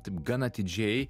taip gan atidžiai